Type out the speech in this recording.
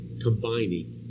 combining